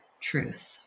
truth